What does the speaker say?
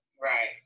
right